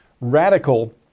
radical